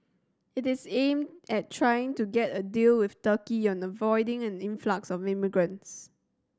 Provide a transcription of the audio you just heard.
it is aimed at trying to get a deal with Turkey on avoiding an influx of migrants